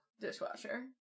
dishwasher